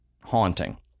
haunting